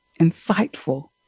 insightful